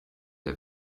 der